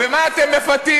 אבל הוא רוצה.